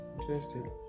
interesting